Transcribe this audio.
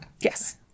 Yes